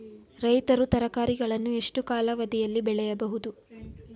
ರೈತರು ತರಕಾರಿಗಳನ್ನು ಎಷ್ಟು ಕಾಲಾವಧಿಯಲ್ಲಿ ಬೆಳೆಯಬಹುದು?